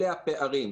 אלה הפערים.